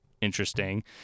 interesting